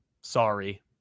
Sorry